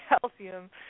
calcium